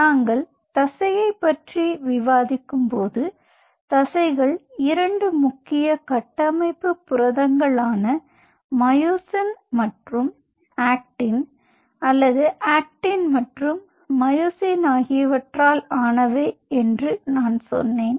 நாங்கள் தசையைப் பற்றி விவாதிக்கும்போது தசைகள் 2 முக்கிய கட்டமைப்பு புரதங்களான மயோசின் மற்றும் ஆக்டின் அல்லது ஆக்டின் மற்றும் மயோசின் ஆகியவற்றால் ஆனவை என்று நான் சொன்னேன்